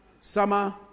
summer